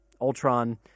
Ultron